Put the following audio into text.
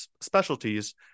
specialties